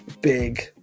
big